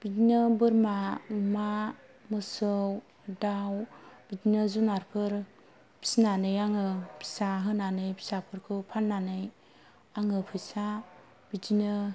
बिदिनो बोरमा अमा मोसौ दाउ बिदिनो जुनाद फोर फिनानै आङो फिसा होनानै फिसाफोरखौ फान्नानै आङो फैसा बिदिनो